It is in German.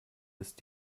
ist